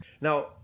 Now